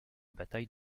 bataille